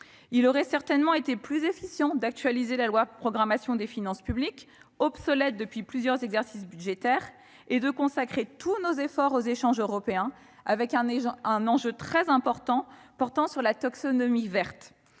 Il aurait certainement été plus efficient d'actualiser la loi de programmation des finances publiques, obsolète depuis plusieurs exercices budgétaires, et de consacrer tous nos efforts aux échanges européens. À cet égard, la taxonomie verte